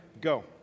Go